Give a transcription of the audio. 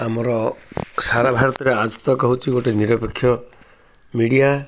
ଆମର ସାରା ଭାରତରେ ଆଜ୍ତକ୍ ହେଉଛି ଗୋଟେ ନିରପେକ୍ଷ ମିଡ଼ିଆ